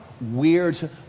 weird